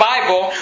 Bible